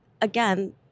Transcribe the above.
again